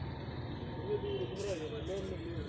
फसल की उच्च गुणवत्ता बनाए रखने के लिए क्या करें?